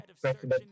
president